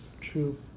True